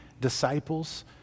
disciples